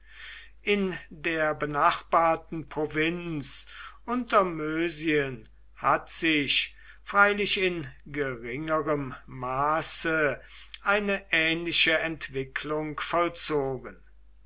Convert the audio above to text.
in der benachbarten provinz untermösien hat sich freilich in geringerem maße eine ähnliche entwicklung vollzogen